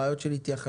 בעיות של התייחסות.